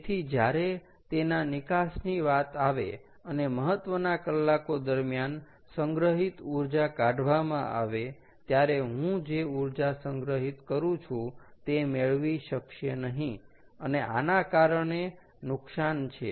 તેથી જ્યારે તેના નિકાસની વાત આવે અને મહત્વના કલાકો દરમ્યાન સંગ્રહિત ઊર્જા કાઢવામાં આવે ત્યારે હું જે ઊર્જા સંગ્રહિત કરું છું તે મેળવી શકશે નહીં અને આના કારણે નુકસાન છે